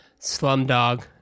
Slumdog